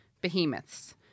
behemoths